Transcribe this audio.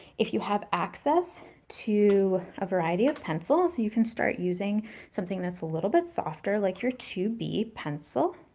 if you have access to a variety of pencils, you can start using something that's a little bit softer, like your two b pencil.